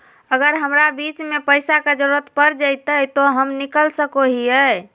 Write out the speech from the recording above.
अगर हमरा बीच में पैसे का जरूरत पड़ जयते तो हम निकल सको हीये